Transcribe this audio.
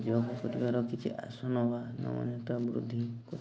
ଯୋଗ କରିବାର କିଛି ଆସନ ବା